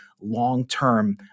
long-term